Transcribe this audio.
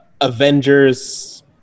Avengers